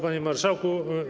Panie Marszałku!